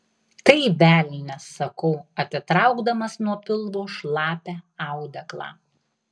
tai velnias sakau atitraukdamas nuo pilvo šlapią audeklą